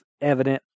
evident